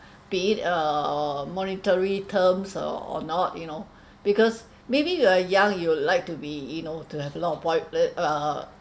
err monetary terms or not you know because maybe you are young you would like to be you know to have lot of bo~ like err